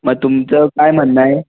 मग तुमचं काय म्हणणं आहे